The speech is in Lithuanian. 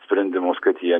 sprendimus kad jie